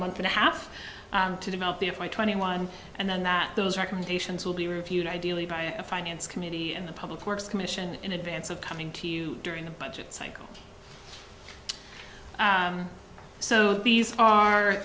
month and a half to develop they have my twenty one and then that those recommendations will be reviewed ideally by a finance committee and the public works commission in advance of coming to you during the budget cycle so these are